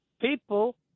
people